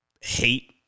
hate